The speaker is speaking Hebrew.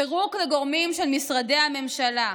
פירוק לגורמים של משרדי הממשלה,